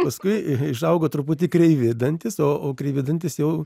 paskui išaugo truputį kreivi dantys o kreivi dantys jau